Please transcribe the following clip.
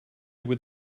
would